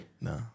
No